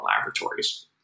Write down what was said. laboratories